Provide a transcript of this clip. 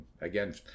again